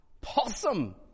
possum